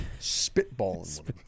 spitballing